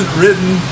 written